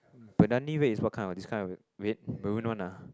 Banani red is what kind of this kind of red maroon one ah